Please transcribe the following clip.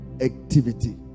Activity